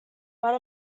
but